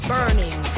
Burning